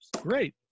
Great